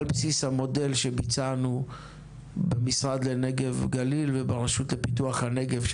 על בסיס המודל שביצענו במשרד לנגב-גליל וברשות לפיתוח הנגב.